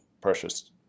precious